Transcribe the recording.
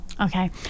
Okay